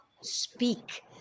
speak